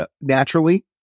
naturally